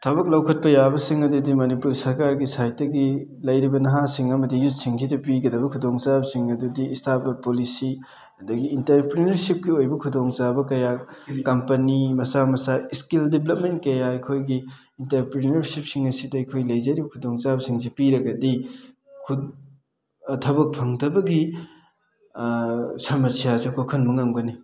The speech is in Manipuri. ꯊꯕꯛ ꯂꯧꯈꯠꯄ ꯌꯥꯕꯁꯤꯡ ꯑꯗꯨꯗꯤ ꯃꯅꯤꯄꯨꯔ ꯁꯔꯀꯥꯔꯒꯤ ꯁꯥꯏꯠꯇꯒꯤ ꯂꯩꯔꯤꯕ ꯅꯍꯥꯁꯤꯡ ꯑꯃꯗꯤ ꯌꯨꯠꯁꯤꯡꯁꯤꯗ ꯄꯤꯒꯗꯕ ꯈꯨꯗꯣꯡ ꯆꯥꯕꯁꯤꯡ ꯑꯗꯨꯗꯤ ꯏꯁꯇꯥꯔꯠ ꯑꯞ ꯄꯣꯂꯤꯁꯤ ꯑꯗꯒꯤ ꯏꯟꯇꯔꯄ꯭ꯔꯤꯅꯔꯁꯤꯞꯀꯤ ꯑꯣꯏꯕ ꯈꯨꯗꯣꯡ ꯆꯥꯕ ꯀꯌꯥ ꯀꯝꯄꯅꯤ ꯃꯆꯥ ꯃꯆꯥ ꯁꯀꯤꯜ ꯗꯤꯕꯂꯞꯃꯦꯟ ꯀꯌꯥ ꯑꯩꯈꯣꯏꯒꯤ ꯏꯟꯇꯔꯄ꯭ꯔꯤꯅꯔꯁꯤꯞꯁꯤꯡ ꯑꯁꯤꯗ ꯑꯩꯈꯣꯏ ꯂꯩꯖꯔꯤꯕ ꯈꯨꯗꯣꯡ ꯆꯥꯕꯁꯤꯡꯁꯤ ꯄꯤꯔꯒꯗꯤ ꯊꯕꯛ ꯐꯪꯗꯕꯒꯤ ꯁꯃꯁꯌꯥ ꯑꯁꯦ ꯀꯣꯛꯍꯟꯕ ꯉꯝꯒꯅꯤ